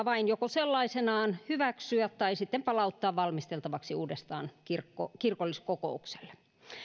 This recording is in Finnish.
vain joko sellaisenaan hyväksyä tai sitten palauttaa valmisteltavaksi uudestaan kirkolliskokoukselle